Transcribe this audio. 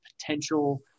potential